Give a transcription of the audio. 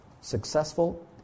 Successful